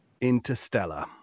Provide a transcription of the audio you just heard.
Interstellar